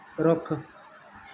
ਰੁੱਖ